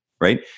right